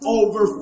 over